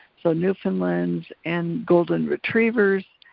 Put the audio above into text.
so newfoundlands and golden retrievers,